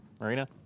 Marina